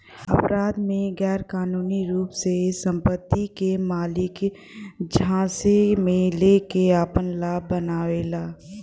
अपराध में गैरकानूनी रूप से संपत्ति के मालिक झांसे में लेके आपन लाभ बनावेला